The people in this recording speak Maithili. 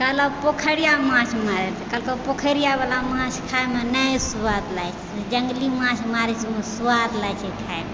कहलक पोखरिया माछ मारि कहलकइ पोखरियावला माछ खायमे नहि स्वाद लगय छै जङ्गली माछ मारय छियै ओइमे स्वाद लगय छै खायमे